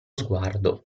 sguardo